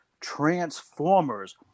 Transformers